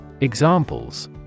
Examples